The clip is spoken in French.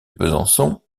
besançon